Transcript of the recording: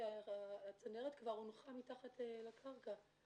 הצנרת כבר הונחה מתחת לקרקע.